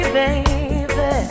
baby